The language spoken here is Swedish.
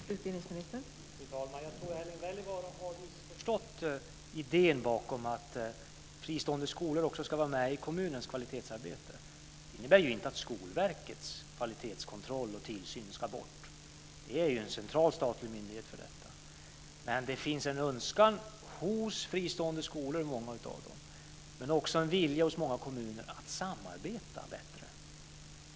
Fru talman! Jag tror att Erling Wälivaara har missförstått idén bakom att fristående skolor också ska vara med i kommunens kvalitetsarbete. Det innebär inte att Skolverkets kvalitetskontroll och tillsyn ska bort - det är ju en central statlig myndighet för detta. Det finns en önskan hos många fristående skolor, men också en vilja hos många kommuner, att samarbeta bättre.